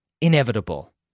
inevitable